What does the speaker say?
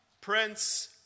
Prince